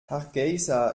hargeysa